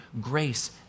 grace